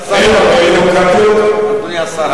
אדוני השר,